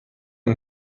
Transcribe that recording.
این